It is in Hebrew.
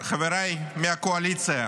חבריי מהקואליציה,